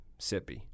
Sippy